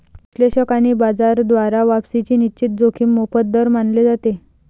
विश्लेषक आणि बाजार द्वारा वापसीची निश्चित जोखीम मोफत दर मानले जाते